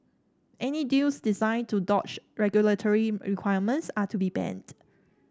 any deals designed to dodge regulatory requirements are to be banned